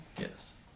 yes